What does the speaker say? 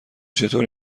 چطور